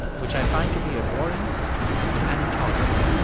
which i find to be abhorrent and intolerable.